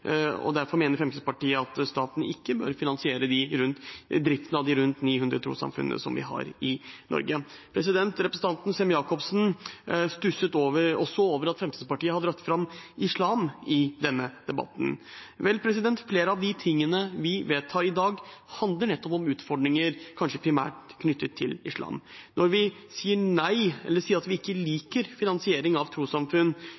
Derfor mener Fremskrittspartiet at staten ikke bør finansiere driften av de rundt 900 trossamfunnene som vi har i Norge. Representanten Sem-Jacobsen stusset også over at Fremskrittspartiet har dratt fram islam i denne debatten. Vel, flere av de tingene vi vedtar i dag, handler nettopp om utfordringer som kanskje primært er knyttet til islam. Når vi sier nei til eller sier at vi ikke